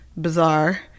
bizarre